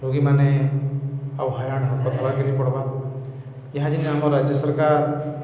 ରୋଗୀମାନେ ଆଉ ହଇରାଣ୍ କରକତ୍ ହେବାକେ ନି ପଡ଼୍ବା ଏହାଦେ ଯେନ୍ ଆମ ରାଜ୍ୟ ସରକାର୍